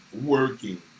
working